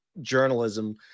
journalism